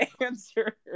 answer